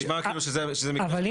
זה נשמע שזה --- אבל,